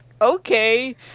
okay